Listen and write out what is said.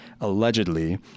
allegedly